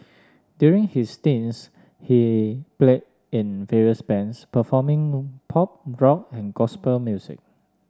during his teens he played in various bands performing pop rock and gospel music